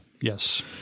yes